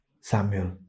Samuel